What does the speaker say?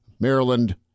Maryland